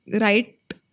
right